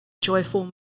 joyful